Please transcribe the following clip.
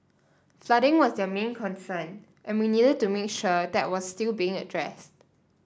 flooding was their main concern and we needed to make sure that was still being addressed